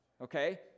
Okay